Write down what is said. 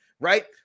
Right